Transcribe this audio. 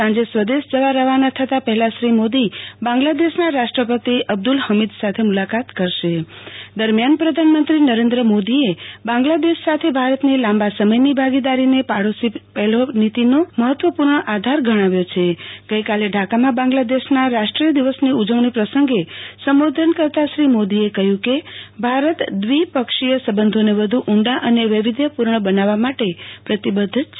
સાંજે સ્વદેશ જવા રવાના થતાં પહેલાંશ્રી મોદી બાંગ્લાદેશના રાષ્ટ્રપતિ અબ્દુલ સાથે મુલાકાત કરશે દરમિથાન પ્રધાનમંત્રી નરેન્દ્ર મોદીએબાંગ્લાદેશ સાથે ભારતની લાંબા સમયની ભાગીદારીને પડોશી પહેલો નીતિનો મફત્વપૂર્ણઆધાર ગણાવ્યો છે ગઇકાલે ઢાકામાં બાંગ્લાદેશના રાષ્ટ્રીય દિવસની ઉજવણી પ્રસંગે સંબોધતા શ્રી મોદીએ કહ્યું કેભારત દ્વિપક્ષીય સંબંધોને વધુ ઊંડા અનેવૈવિધ્યપૂર્ણ બનાવવા માટે પ્રતિબદ્ધ છે